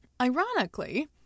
Ironically